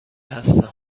هستم